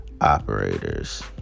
operators